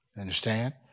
Understand